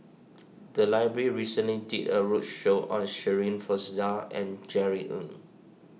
the library recently did a roadshow on Shirin Fozdar and Jerry Ng